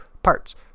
parts